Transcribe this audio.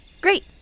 Great